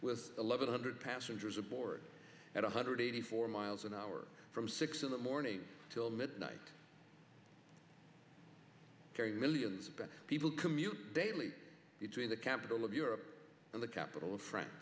with eleven hundred passengers aboard at one hundred eighty four miles an hour from six in the morning till midnight carrying millions of people commute daily between the capital of europe and the capital of fr